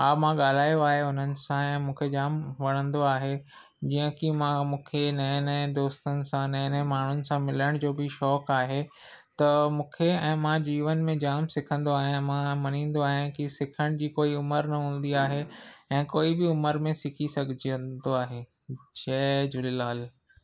हा मां ॻाल्हायो आहे उन्हनि सां ऐं मूंखे जाम वणंदो आहे जीअं की मां मूंखे नएं नएं दोस्तनि सां नएं नएं माण्हुनि सां मिलण जो बि शौक़ु आहे त मूंखे ऐं मां जीवन में जाम सिखंदो आहियां मां मञींदो आहियां की सिखण जी कोई उमिरि न हूंदी आहे ऐं कोई बि उमिरि में सिखी सघजंदो आहे जय झूलेलाल